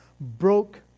broke